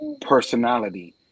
personality